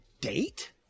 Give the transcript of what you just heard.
date